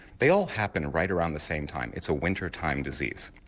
they all happen right around the same time it's a winter time disease.